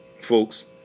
Folks